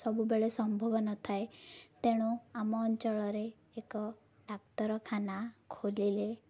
ସବୁବେଳେ ସମ୍ଭବ ନଥାଏ ତେଣୁ ଆମ ଅଞ୍ଚଳରେ ଏକ ଡାକ୍ତରଖାନା ଖୋଲିଲେ